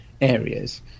areas